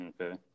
okay